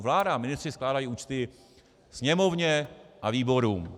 Vláda a ministři skládají účty Sněmovně a výborům.